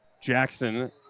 Jackson